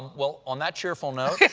well, on that cheerful note,